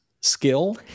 skill